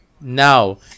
now